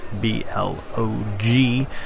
B-L-O-G